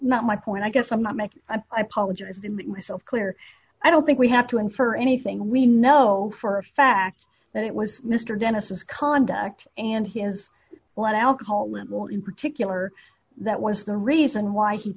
not my point i guess i'm not making a i apologize to make myself clear i don't think we have to infer anything we know for a fact that it was mr denniss conduct and his blood alcohol level in particular that was the reason why he